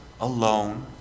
alone